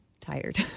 tired